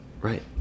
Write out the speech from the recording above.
Right